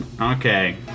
Okay